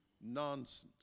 Nonsense